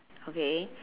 okay